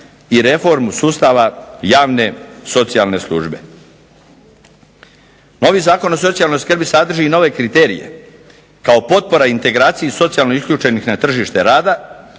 i reformu sustava javne socijalne službe. Novi Zakon o socijalnoj skrbi sadrži i nove kriterije, kao potpora integraciji socijalno isključenih na tržište rada,